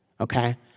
okay